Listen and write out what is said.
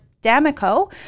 D'Amico